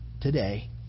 today